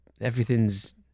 Everything's